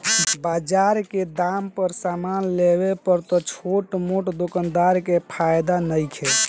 बजार के दाम पर समान लेवे पर त छोट मोट दोकानदार के फायदा नइखे